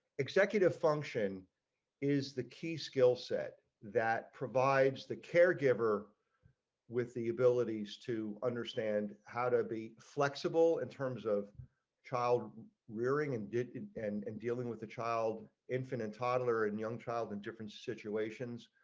executive function is the key skill set that provides the caregiver with the abilities to understand how to be flexible in terms of child rearing and get in and and dealing with the child infant and toddler and young child in different situations.